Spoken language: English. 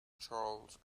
charles